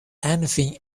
anything